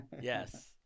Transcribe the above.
Yes